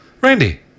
Randy